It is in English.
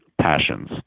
passions